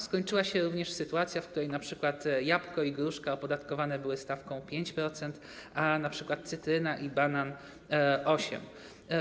Skończyła się również sytuacja, w której np. jabłka i gruszki opodatkowane były stawką 5%, a np. cytryny i banany - 8%.